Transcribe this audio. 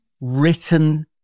written